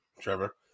Trevor